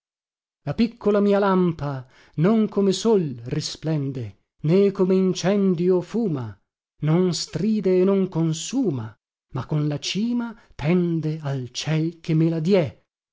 la piccola mia lampa non come sol risplende né come incendio fuma non stride e non consuma ma con la cima tende al ciel che me